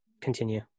continue